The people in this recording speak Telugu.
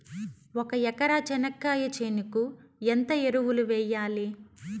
ఒక ఎకరా చెనక్కాయ చేనుకు ఎంత ఎరువులు వెయ్యాలి?